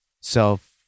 self